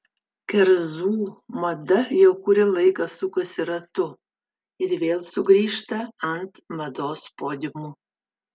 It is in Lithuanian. kerzų mada jau kurį laiką sukasi ratu ir vėl sugrįžta ant mados podiumų